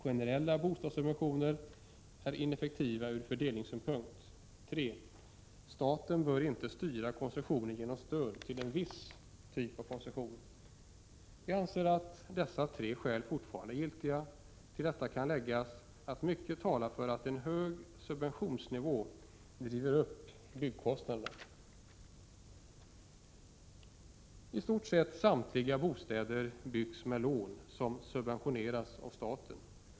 Generella bostadssubventioner är ineffektiva ur fördelningssynpunkt. 3. Staten bör inte styra konsumtionen genom stöd till en viss typ av konsumtion. Vi anser att dessa tre skäl fortfarande är giltiga. Till detta kan läggas att mycket talar för att en hög subventionsnivå driver upp byggkostnaderna. I stort sett samtliga bostäder byggs med lån som subventioneras av staten.